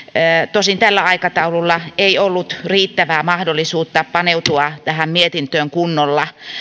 tosin tällä aikataululla ei ollut riittävää mahdollisuutta paneutua tähän mietintöön kunnolla